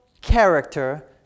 character